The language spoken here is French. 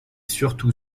surtout